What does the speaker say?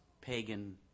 pagan